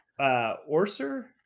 Orser